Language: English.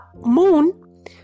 moon